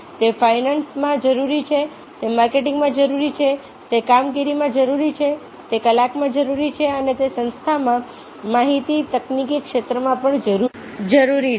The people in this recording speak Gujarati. તે ફાઇનાન્સમાં જરૂરી છે તે માર્કેટિંગમાં જરૂરી છે તે કામગીરીમાં જરૂરી છે તે કલાકમાં જરૂરી છે અને તે સંસ્થાના માહિતી તકનીકી ક્ષેત્રોમાં પણ જરૂરી છે